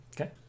Okay